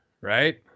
right